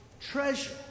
treasure